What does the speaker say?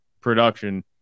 production